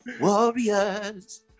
Warriors